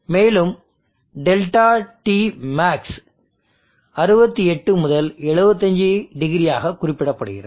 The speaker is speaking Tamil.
மேலும் ∆Tmax 68 முதல் 75 டிகிரியாக குறிப்பிடப்படுகிறது